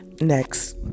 next